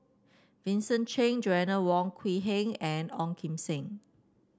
Vincent Cheng Joanna Wong Quee Heng and Ong Kim Seng